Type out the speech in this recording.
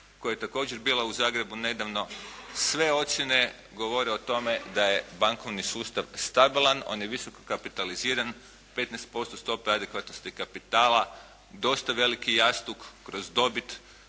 koja je također bila u Zagrebu nedavno. Sve ocjene govore o tome da je bankovni sustav stabilan. On je visoko kapitaliziran. 15% stope adekvatnosti kapitala, dosta veliki jastuk kroz dobit